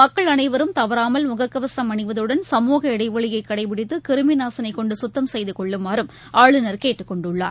மக்கள் அனைவரும் தவறாமல் முகக்கவசம் அனிவதுடன் சமூக இடைவெளியைகடைப்பிடித்து கிருமிநாசினிகொண்டுசுத்தம் செய்தகொள்ளுமாறும் ஆளுநர் கேட்டுக்கொண்டுள்ளார்